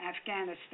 Afghanistan